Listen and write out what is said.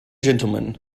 gentlemen